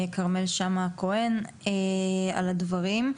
כרמל שאמה הכהן על הדברים.